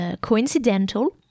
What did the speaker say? coincidental